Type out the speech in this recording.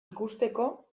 ikusteko